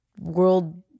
world